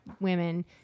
women